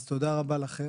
אז תודה רבה לכם.